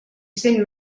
cent